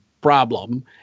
problem